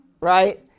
Right